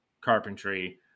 carpentry